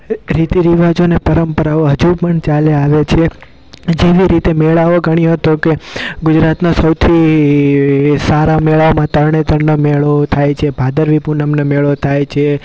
રીતિરિવાજો અને પરંપરાઓ હજુ પણ ચાલ્યા આવે છે જેવી રીતે મેળાઓ ગણ્યો હતો કે ગુજરાતનાં સૌથી સારા મેળાઓમાં તરણેતરનો મેળો થાય છે ભાદરવી પુનમનો મેળો થાય છે